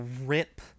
rip